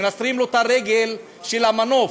מנסרים לו את הרגל של המנוף.